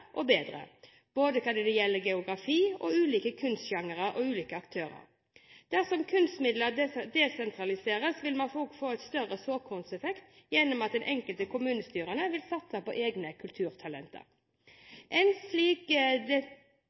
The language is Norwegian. og bedre, hva gjelder både geografi, ulike kunstsjangre og ulike aktører. Dersom kunstmidler desentraliseres, vil man få en større såkornseffekt gjennom at de enkelte kommunestyrer vil satse på egne kulturtalenter. En slik demokratiprosess vil bringe kulturen nærmere folket. Det